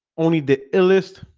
only the illest,